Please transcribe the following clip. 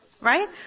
Right